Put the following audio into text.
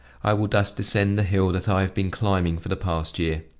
i will thus descend the hill that i have been climbing for the past year.